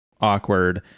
awkward